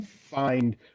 find